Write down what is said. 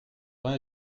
vin